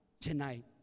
tonight